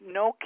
no